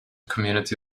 community